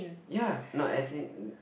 ya no as in